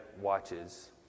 watches